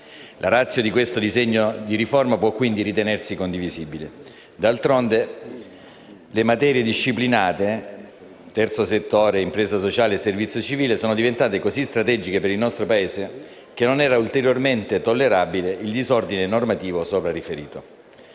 La *ratio* di questo disegno di riforma può quindi ritenersi condivisibile. D'altronde, le materie disciplinate - terzo settore, impresa sociale e servizio civile - sono diventate così strategiche per il nostro Paese, che non era ulteriormente tollerabile il disordine normativo sopra riferito.